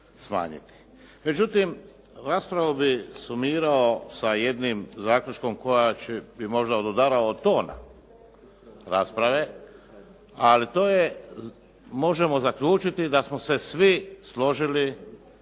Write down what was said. Međutim, raspravu bih sumirao sa jednim zaključkom koji bi možda odudarao od tona rasprave ali to je, možemo zaključiti da smo se svi složili